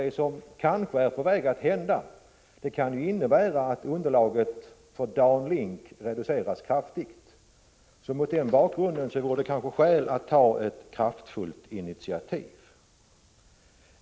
Det som eventuellt kommer att hända kan ju innebära att underlaget för Dan Link kraftigt reduceras. Mot den bakgrunden finns det kanske skäl att ta ett kraftfullt initiativ.